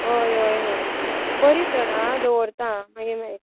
हय हय हय बरी तर हां दवरता मागीर मेळया